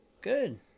Good